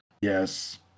Yes